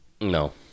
No